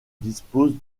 disposent